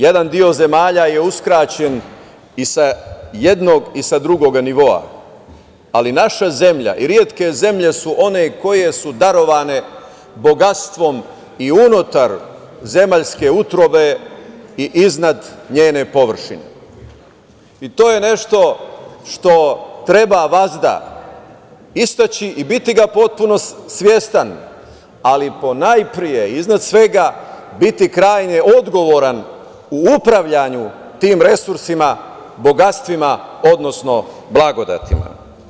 Jedan deo zemalja je uskraćen i sa jednog i sa drugoga nivoa, ali naša zemlja i retke zemlje su one koje su darovane bogatstvom i unutar zemaljske utrobe i iznad njene površine i to je nešto što treba vazda istaći i biti potpuno svestan, ali ponajpre i iznad svega biti krajnje odgovoran u upravljanju tim resursima, bogatstvima, odnosno blagodetima.